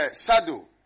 shadow